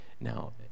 Now